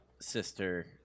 sister